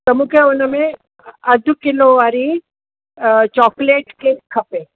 त मूंखे उन में अधु किलो वारी चॉकलेट केक खपे